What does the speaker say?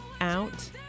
out